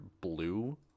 blue